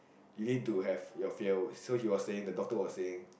you need to have your fear hood so he was saying the doctor was saying